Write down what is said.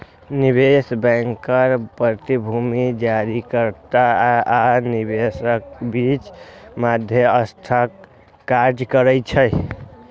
निवेश बैंकर प्रतिभूति जारीकर्ता आ निवेशकक बीच मध्यस्थक काज करै छै